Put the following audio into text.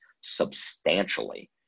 substantially